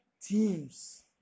teams